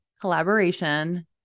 collaboration